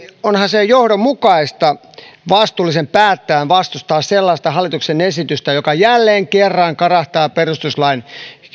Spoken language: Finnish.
onhan se johdonmukaista vastuullisen päättäjän vastustaa sellaista hallituksen esitystä joka jälleen kerran karahtaa perustuslain